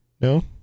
No